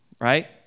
right